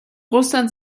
russland